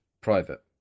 private